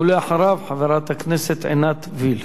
ואחריו, חברת הכנסת עינת וילף.